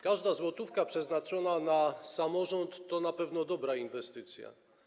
Każda złotówka przeznaczona na samorząd to na pewno dobra inwestycja.